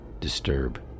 disturb